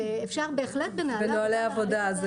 ואפשר בהחלט בנהלי עבודה.